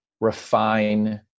refine